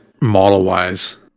model-wise